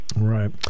Right